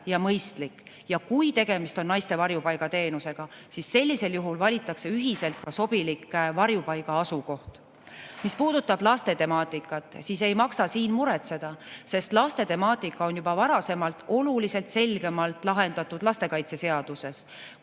Kui tegemist on naiste varjupaiga teenuse [vajadusega], siis sellisel juhul valitakse ühiselt välja sobivas kohas asuv varjupaik. Mis puudutab laste temaatikat, siis ei maksa muretseda, sest laste temaatika on juba varasemalt oluliselt selgemalt lahendatud lastekaitseseaduses.